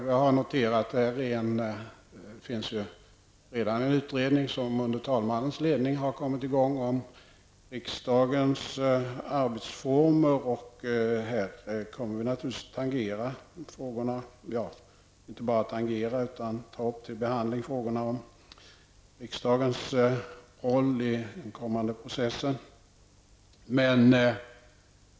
Jag har noterat att det redan nu under talmannens ledning finns en utredning om riksdagens arbetsformer. Här tas naturligtvis frågorna om riksdagens roll i den kommande processen upp.